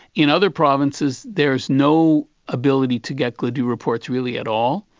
in other provinces there's no ability to get gladue reports really at all,